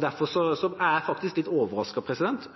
Derfor er jeg faktisk litt overrasket